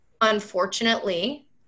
Unfortunately